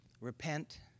Repent